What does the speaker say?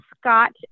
Scott